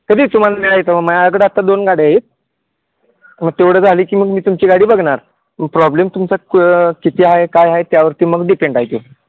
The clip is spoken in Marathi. कधी तुम्हाला मिळायचं माझ्याकडं आत्ता दोन गाड्या आहेत मग तेवढं झाली की मग मी तुमची गाडी बघणार प्रॉब्लेम तुमचा किती हाय काय हाय त्यावरती मग डिपेंड आहे तो